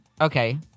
okay